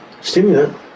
stimulant